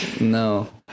No